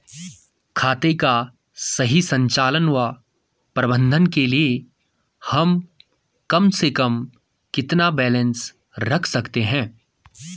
खाते का सही संचालन व प्रबंधन के लिए हम कम से कम कितना बैलेंस रख सकते हैं?